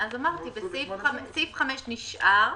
סעיף 5 נשאר.